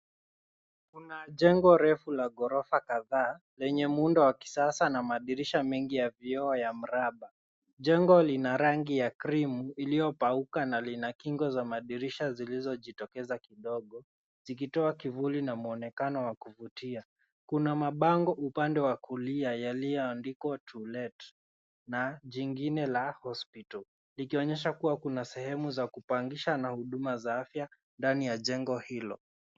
Kuna jengo refu la gorofa kadhaa lenye muundo wa kisasa na madirisha mengi ya vyoo ya mraba. Jengo lina rangi ya krimu iliyokauka na lina kingo za dirisha zilizojitokeza kidogo zikitoa kivuli na muonekano wa kuvutia. Kuna mabango upande wa kulia yaliyoandikwa To Let na jingine la Hospital likionyesha kuwa kuna sehemu za kupangisha na huduma za afya ndani ya jengo hilo.